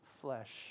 flesh